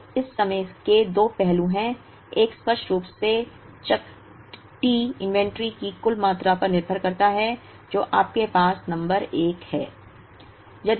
तो इस समस्या के दो पहलू हैं एक स्पष्ट रूप से चक्र T इन्वेंट्री की कुल मात्रा पर निर्भर करता है जो आपके पास नंबर 1 है